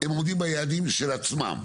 הם עומדים ביעדים של עצמם,